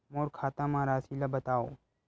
मोर खाता म राशि ल बताओ?